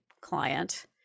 client